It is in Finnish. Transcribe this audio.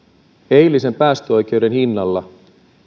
eilisen päästöoikeuden hinnalla